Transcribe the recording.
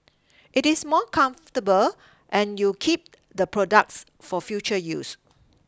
it is more comfortable and you keep the products for future use